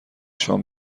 شام